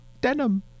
denim